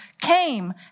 came